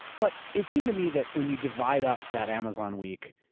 but it seemed to me that when you divide up that amazon week,